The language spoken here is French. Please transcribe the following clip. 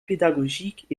pédagogiques